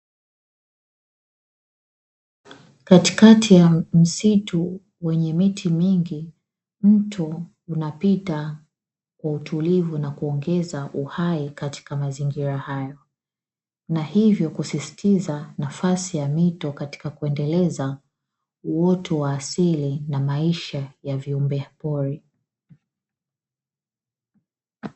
Katikati ya msitu wenye miti mingi, mto unapita kwa utulivu na kuongeza uhai katika mazingira hayo, na hivyo kusisitiza nafasi ya mito katika kuendeleza uoto wa asili na maisha ya viumbe pori.